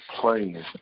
playing